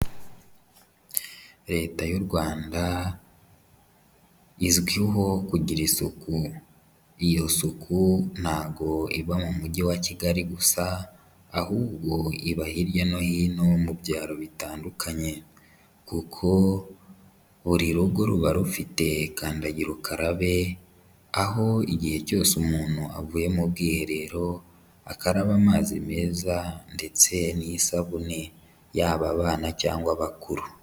Leta y'u Rwanda izwiho kugira isuku, iyo suku ntabwo iba mu mujyi wa Kigali gusa ahubwo iba hirya no hino mu byaro bitandukanye kuko buri rugo ruba rufite kandagira ukarabe, aho igihe cyose umuntu avuye mu bwiherero akaraba amazi meza ndetse n'isabune, yaba abana cyangwa abakuru.